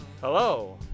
Hello